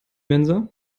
mensa